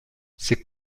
ses